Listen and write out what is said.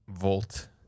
volt